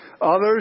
Others